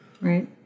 Right